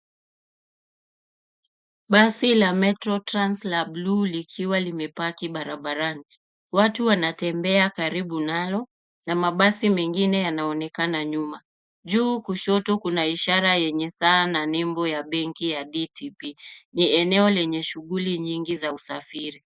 Basi la Metro Trans la bluu likiwa limepaki barabarani, watu wanatembea karibu nalo na mabasi mengine yanaonekana nyuma. Juu kushoto kuna ishara yenye saa na nembo ya benki ya DTB ni eneo lenye shughuli nyingi za usafiri.